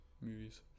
Movies